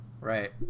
Right